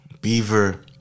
Beaver